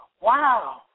wow